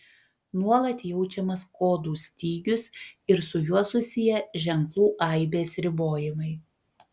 nuolat jaučiamas kodų stygius ir su juo susiję ženklų aibės ribojimai